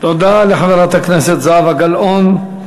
תודה לחברת הכנסת זהבה גלאון.